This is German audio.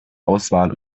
auswahl